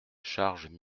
charge